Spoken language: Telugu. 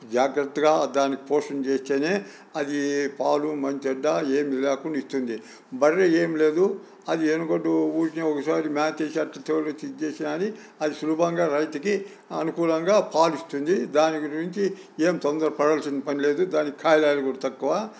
జాగ్రత్తగా దాన్ని పోషణ చేస్తేనే అది పాలు మంచి చెడ్డ ఏమి లేకుండా ఇస్తుంది బర్రె ఏమి లేదు అది ఎనుగొడ్డు ఊరికనే ఒకసారి మేతేసి అట్ట తోలొచ్చి ఇది చేసిన కాని అది సులభంగా రైతుకి అనుకూలంగా పాలు ఇస్తుంది దానికి మించి ఏమి తొందర పడాల్సిన పనిలేదు దానికి కాయలరుడు కూడా తక్కువ